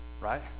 Right